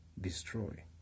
destroy